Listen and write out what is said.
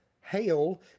hail